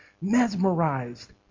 mesmerized